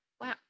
Wow